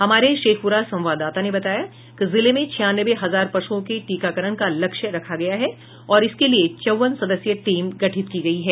हमारे शेखपुरा संवाददाता ने बताया कि जिले में छियानवें हजार पशुओं के टीकाकरण का लक्ष्य रखा गया है और इसके लिए चौवन सदस्यीय टीम गठित की गयी है